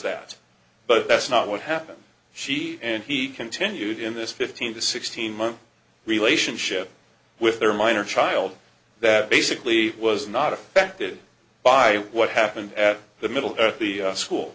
that but that's not what happened she and he continued in this fifteen to sixteen month relationship with their minor child that basically was not affected by what happened at the middle